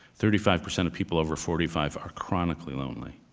thirty five percent of people over forty five are chronically lonely.